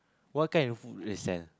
what kind of food they sell